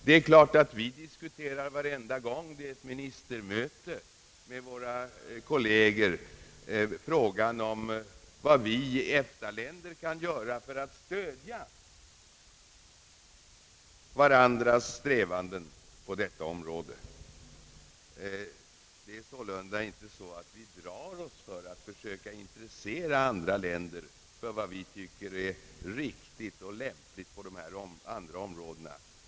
Det är klart att vi med våra kolleger varenda gång det är ett ministermöte diskuterar frågan om vad vi EFTA-länder kan göra för att stödja varandras strävanden på detta område. Det är sålunda inte så att vi drar oss för att försöka intressera andra länder för vad vi tycker är riktigt och lämpligt på dessa andra områden.